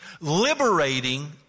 liberating